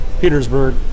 Petersburg